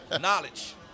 Knowledge